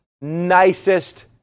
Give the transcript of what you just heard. nicest